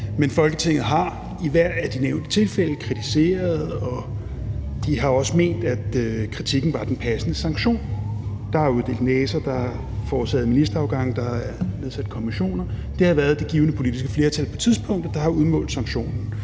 Men Folketinget har i hvert af de nævnte tilfælde kritiseret, og de har også ment, at kritikken var den passende sanktion. Der er uddelt næser, der er foretaget ministerafgange, der er nedsat kommissioner. Det har været det givne politiske flertal på tidspunktet, der har udmålt sanktionen,